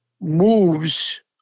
moves